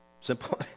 Simple